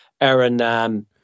Aaron